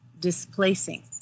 displacing